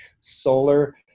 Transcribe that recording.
solar